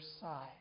side